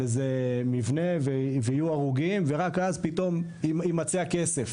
איזה מבנה ויהיו הרוגים ורק אז פתאום יימצא הכסף.